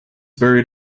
buried